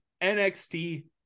NXT